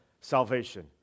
salvation